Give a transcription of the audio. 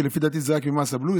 אבל לפי דעתי זה רק ממס הבלו,